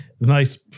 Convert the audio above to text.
nice